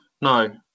No